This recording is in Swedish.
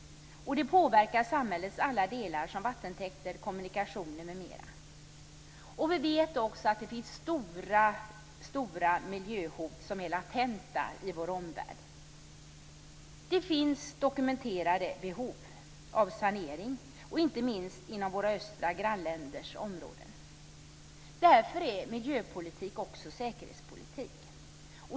Det påverkar samhällets alla delar som vattentäkter, kommunikationer m.m. Vi vet också att det finns stora latenta miljöhot i vår omvärld. Det finns dokumenterade behov av sanering, inte minst i våra östra grannländer. Därför är miljöpolitik också säkerhetspolitik.